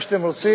מה שאתם רוצים,